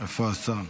איפה השר?